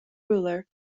ruler